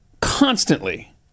constantly